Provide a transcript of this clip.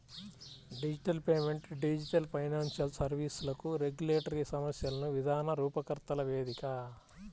digital payment digital financial సర్వీస్లకు regulatory సమస్యలను విధాన రూపకర్తల వేదిక